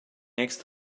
next